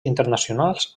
internacionals